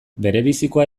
berebizikoa